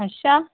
अच्छा